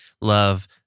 love